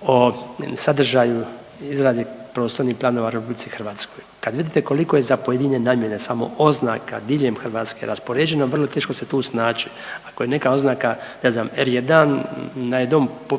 o sadržaju i izradi prostornih planova u RH. Kad vidite koliko je za pojedine namjene samo oznaka diljem Hrvatske raspoređeno, vrlo teško se tu snaći, ako je neka oznaka ne znam R1, da je dom